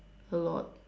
a lot